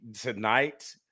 tonight